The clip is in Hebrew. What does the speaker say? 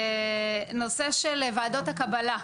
נושא של ועדות הקבלה,